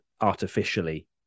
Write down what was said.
artificially